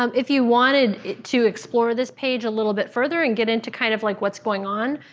um if you wanted to explore this page a little bit further and get into kind of like what's going on,